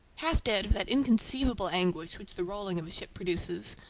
half dead of that inconceivable anguish which the rolling of a ship produces,